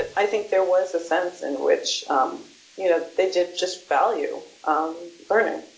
but i think there was a sense in which um you know they did just value um learning.